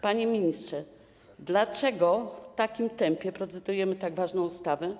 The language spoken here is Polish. Panie ministrze, dlaczego w takim tempie procedujemy tak ważną ustawę?